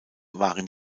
waren